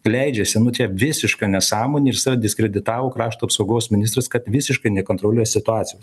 leidžiasi nu čia visiška nesąmonė ir save diskreditavo krašto apsaugos ministras kad visiškai nekontroliuoja situacijos